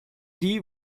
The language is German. die